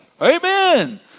Amen